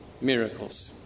miracles